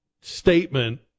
statement